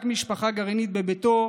רק משפחה גרעינית, בביתו,